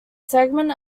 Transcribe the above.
segment